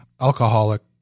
alcoholic